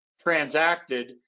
transacted